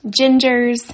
gingers